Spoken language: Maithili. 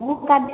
ओ आकऽ